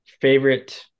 favorite